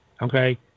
Okay